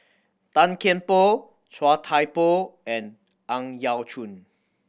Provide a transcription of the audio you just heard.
Tan Kian Por Chia Thye Poh and Ang Yau Choon